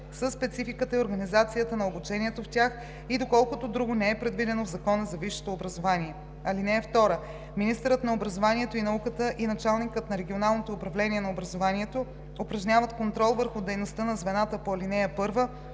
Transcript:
със спецификата и организацията на обучението в тях и доколкото друго не е предвидено в Закона за висшето образование. (2) Министърът на образованието и науката и началникът на регионалното управление на образованието упражняват контрол върху дейността на звената по ал. 1